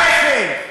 ההפך.